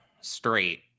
straight